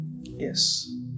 Yes